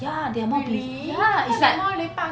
ya they are more busy ya it's like